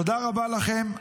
תודה רבה לכם.